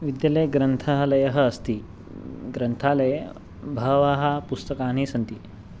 विद्यलये ग्रन्थालयः अस्ति ग्रन्थालये बहवः पुस्तकानि सन्ति